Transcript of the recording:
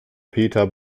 peter